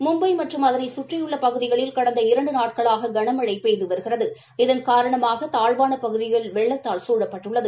மும்பை மற்றும் அதனை குற்றியுள்ள பகுதிகளில் கடந்த இர்ணடு நாட்ளாக கனமழை பெய்து வருகிறது இதன் காரணமாக தாழ்வான பகுதிகள் வெள்ளத்தால் சூழப்பட்டுள்ளது